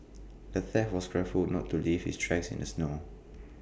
the thief was careful to not leave his tracks in the snow